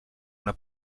una